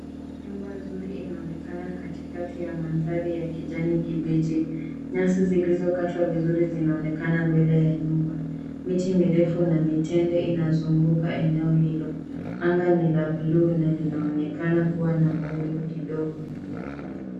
Nyumba nzuri inaonekana katikati ya mandari ya kijani kibichi, nyasi zilizokatwa vizuri zinaonekana mbele ya nyumba, miti mirefu na mitende inazunguka eneo hilo, anga ni la bluu na linaonekana kuwa na mawingu kidogo.